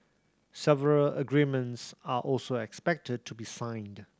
several agreements are also expected to be signed